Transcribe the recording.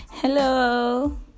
Hello